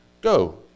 Go